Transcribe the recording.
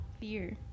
fear